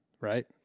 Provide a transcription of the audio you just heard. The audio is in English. right